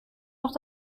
noch